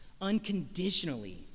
unconditionally